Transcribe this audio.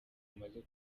bamaze